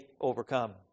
overcome